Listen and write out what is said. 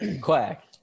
quack